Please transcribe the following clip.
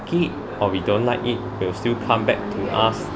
it or we don't like it will still come back to us